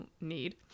need